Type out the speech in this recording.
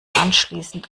anschließend